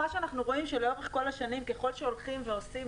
מה שאנחנו רואים שלאורך כל השנים ככל שהולכים ועושים